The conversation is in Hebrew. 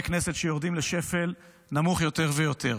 כנסת שיורדים לשפל נמוך יותר ויותר,